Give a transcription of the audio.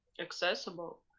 accessible